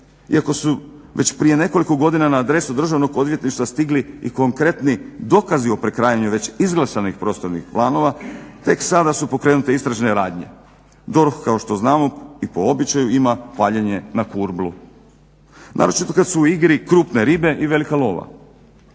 iako su već prije nekoliko godina na adresu državnog odvjetništva stigli i konkretni dokazi o prekrajanju već izglasanih prostornih planova tek sada su pokrenute istražne radnje. DORH kao što znamo i po običaju ima paljenje na kurblu. Naročito kada su u igri krupne ribe i velika lova.